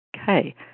Okay